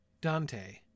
Dante